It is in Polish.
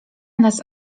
nas